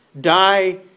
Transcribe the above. Die